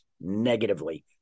negatively